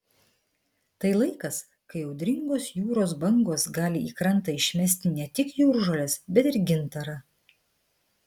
tai laikas kai audringos jūros bangos gali į krantą išmesti ne tik jūržoles bet ir gintarą